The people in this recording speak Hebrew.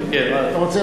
הוא מגיע לעובד.